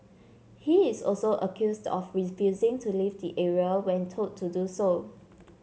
he is also accused of refusing to leave the area when told to do so